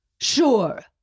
Sure